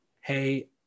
hey